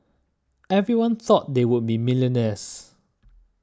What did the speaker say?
everyone thought they would be millionaires